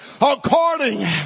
according